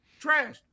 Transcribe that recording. Trash